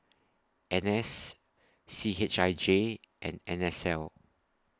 N S C H I J and N S L